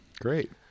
Great